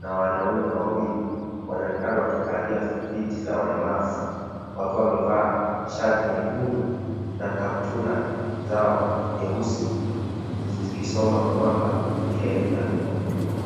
na wanaume wawili wanaonekana wakikalia viti za walemavu wakiwa wamevaa shati nyekundu na kaptura zao nyeusi zikisoma kwamba Kenya.